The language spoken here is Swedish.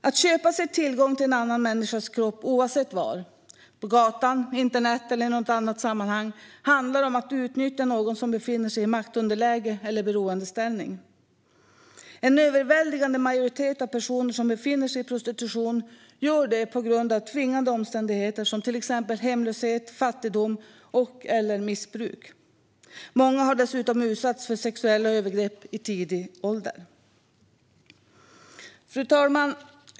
Att köpa sig tillgång till en annans människas kropp oavsett var - på gatan, på internet eller i något annat sammanhang - handlar om att utnyttja någon som befinner sig i maktunderläge eller beroendeställning. En överväldigande majoritet av personer som befinner sig i prostitution gör det på grund av tvingande omständigheter som till exempel hemlöshet, fattigdom och/eller missbruk. Många har dessutom utsatts för sexuella övergrepp i tidig ålder. Fru talman!